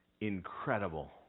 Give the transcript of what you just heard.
incredible